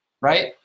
right